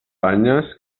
banyes